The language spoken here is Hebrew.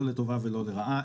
לא לטובה ולא לרעה.